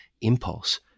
impulse